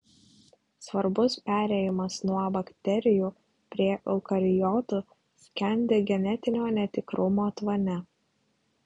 svarbus perėjimas nuo bakterijų prie eukariotų skendi genetinio netikrumo tvane